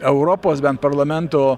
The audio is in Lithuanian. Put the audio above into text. europos bent parlamento